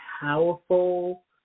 powerful